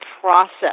process